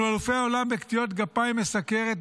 אנחנו אלופי העולם בקטיעות גפיים מסכרת,